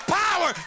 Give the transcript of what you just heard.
power